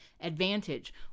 advantage